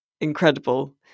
incredible